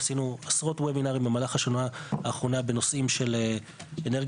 עשינו עשרות וובינרים במהלך השנה האחרונה בנושאים של אנרגיה